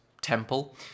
temple